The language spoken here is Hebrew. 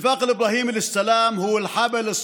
(אומר דברים בשפה הערבית,